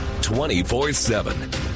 24-7